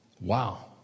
Wow